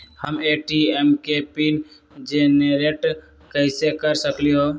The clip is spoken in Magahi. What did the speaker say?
हम ए.टी.एम के पिन जेनेरेट कईसे कर सकली ह?